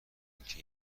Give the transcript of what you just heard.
اینکه